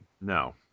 No